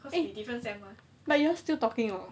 eh but you all still talking or not